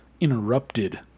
interrupted